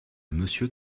monsieur